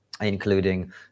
including